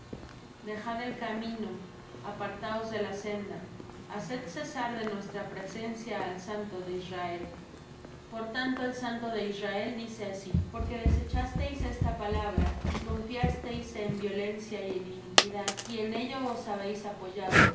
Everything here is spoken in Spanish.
dejad el camino apartaos de la senda haced cesar de nuestra presencia al santo de israel por tanto el santo de israel dice así porque desechasteis esta palabra y confiasteis en violencia y en iniquidad y en ello os habéis apoyado